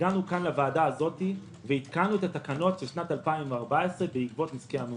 הגענו לוועדה הזאת ועדכנו את התקנות של שנת 2014 בעקבות נזקי המהומות.